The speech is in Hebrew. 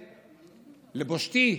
לבושתי,